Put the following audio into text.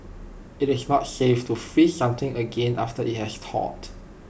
IT is not safe to freeze something again after IT has thawed